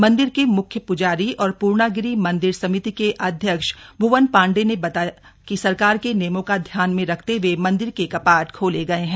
मंदिर के म्ख्य प्जारी और पूर्णागिरि मंदिर समिति के अध्यक्ष भ्वन पांडे ने बताया कि सरकार के नियमों को ध्यान में रखते हुए मंदिर के कपाट खोले गये हैं